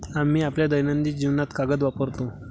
आम्ही आपल्या दैनंदिन जीवनात कागद वापरतो